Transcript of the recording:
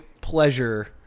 pleasure